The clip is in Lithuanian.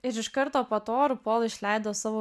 ir iš karto po to rū pol išleido savo